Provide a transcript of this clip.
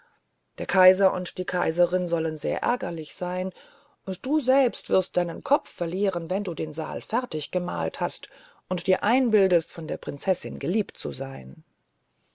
der kaiser und die kaiserin sollen sehr ärgerlich sein und du selbst wirst deinen kopf verlieren wenn du den saal fertig gemalt hast und dir einbildest von der prinzessin geliebt zu sein